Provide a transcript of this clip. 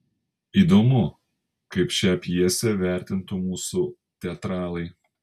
įdomu kaip šią pjesę vertintų mūsų teatralai